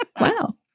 Wow